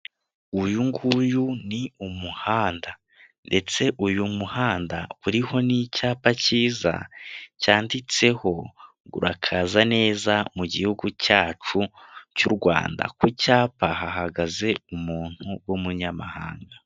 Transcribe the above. Uyu nguyu ni umuhanda ndetse uyu muhanda uriho n'icyapa cyiza cyanditseho ngo urakaza neza mu gihugu cyacu cy'u Rwanda, ku cyapa hahagaze umuntu w'umunyamahanga.